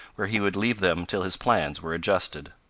where he would leave them till his plans were adjusted.